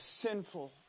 sinful